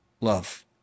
love